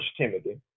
Timothy